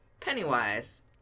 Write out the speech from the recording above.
Pennywise